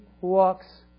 walks